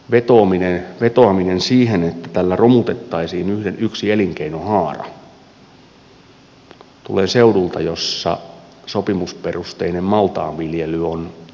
toisekseen vetoaminen siihen että tällä romutettaisiin yksi elinkeinohaara tulee seudulta jolla sopimusperusteinen maltaan viljely on olennainen osa seudun aluetaloutta